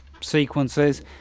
sequences